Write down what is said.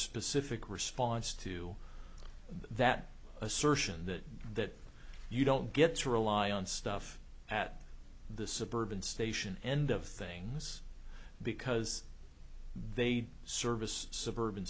specific response to that assertion that that you don't get to rely on stuff at the suburban station end of things because they service suburban